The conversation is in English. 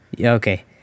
Okay